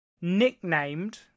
nicknamed